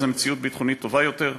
זו מציאות ביטחונית טובה יותר?